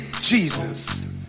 Jesus